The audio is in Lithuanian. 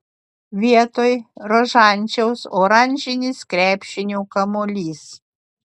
vietoj rožančiaus oranžinis krepšinio kamuolys